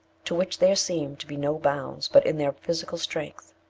to which there seemed to be no bounds but in their physical strength.